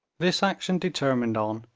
this action determined on,